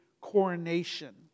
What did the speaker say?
coronation